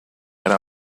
era